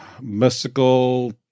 mystical